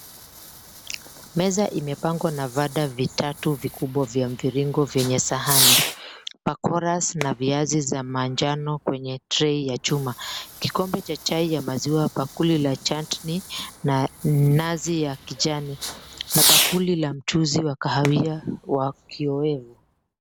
Meza imepangwa na vada vitatu vikubwa vya mviringo vyenye sahani, pakoras na viazi za manjano kwenye tray ya chuma. Kikombe cha chai ya maziwa, bakuli la chatni na nazi ya kijani na bakuli la mchuuzi wa kahawia wa kiowevu.